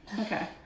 okay